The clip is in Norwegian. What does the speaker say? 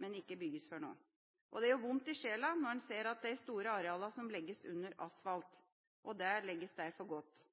som ikke bygges før nå. Det gjør vondt i sjela når man ser at de store arealene som legges under asfalt, legges der for godt.